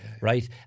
Right